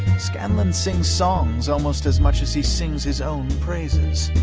scanlan sings songs almost as much as he sings his own praises.